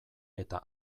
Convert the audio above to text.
eta